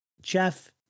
Jeff